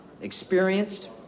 experienced